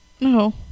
no